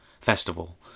festival